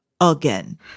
again